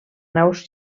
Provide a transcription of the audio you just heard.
naus